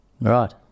Right